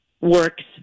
works